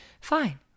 fine